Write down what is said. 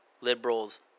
liberals